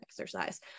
exercise